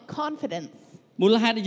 confidence